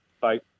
Bye